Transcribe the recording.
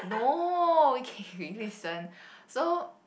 no okay you listen so